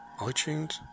itunes